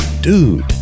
dude